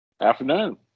Afternoon